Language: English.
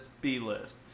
B-list